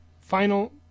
Final